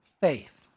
faith